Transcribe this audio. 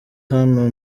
hano